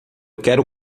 quero